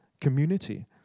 community